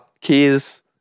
Keys